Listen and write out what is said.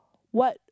what